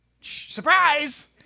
Surprise